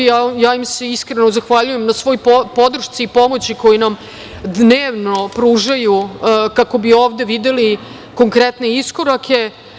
Iskreno, ja im se zahvaljujem na svoj podršci i pomoći koju nam dnevno pružaju kako bi ovde videli konkretne iskorake.